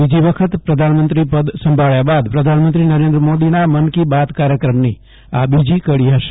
બીજી વખત પ્રધાનમંત્રી પદ સંભાળ્યા બાદ પ્રધાનમંત્રી નરેન્દ્ર મોદીના મન કી બાત કાર્યક્રમની આ બીજી કડી હશે